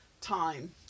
time